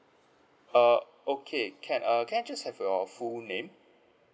uh okay can err can I just have your full name